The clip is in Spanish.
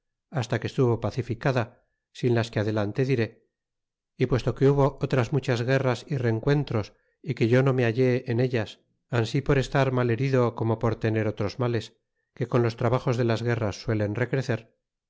hasta que estuvo pacificada sin las que adelante diré y puesto que hubo otras muchas guerras y rencuentros y que yo no me halle en ellas ansi por estar mal herido como por tener otros males que con los trabajos de las guerras suelen recrecer